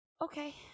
Okay